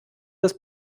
das